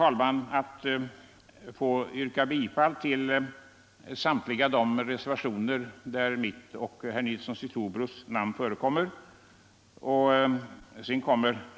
Jag ber att få yrka bifall till samtliga de reservationer där mitt och herr Nilssons i Trobro namn förekommer.